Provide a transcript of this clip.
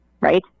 right